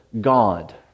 God